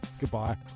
Goodbye